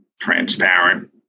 transparent